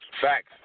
Facts